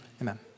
amen